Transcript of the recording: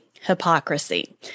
hypocrisy